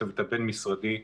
הצוות הבין-משרדי,